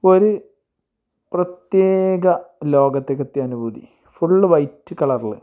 ഒരു പ്രത്യേക ലോകത്തേക്കെത്തിയ അനുഭൂതി ഫുള്ള് വൈറ്റ് കളറിൽ